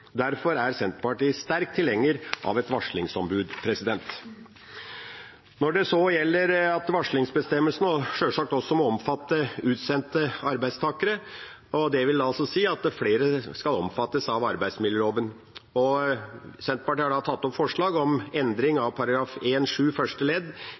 Derfor er Senterpartiet en sterk tilhenger av et varslingsombud. Når det så gjelder det at varslingsbestemmelsene selvsagt også må omfatte utsendte arbeidstakere, dvs. at flere skal omfattes av arbeidsmiljøloven, har Senterpartiet og SV fremmet et forslag om endring av §1-7 første ledd